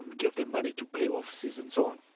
gave them money to pay offices and so on.